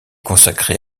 consacrée